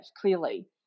clearly